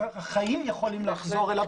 החיים יכולים לחזור אליו,